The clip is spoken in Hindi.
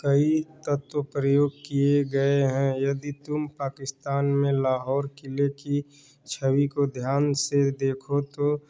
कई तत्व प्रयोग किए गए हैं यदि तुम पाकिस्तान में लाहौर किले की छवि को ध्यान से देखो तो